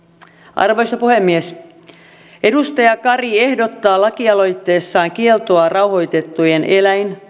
arvoisa puhemies edustaja kari ehdottaa lakialoitteessaan kieltoa rauhoitettujen eläin